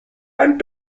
and